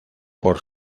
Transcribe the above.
por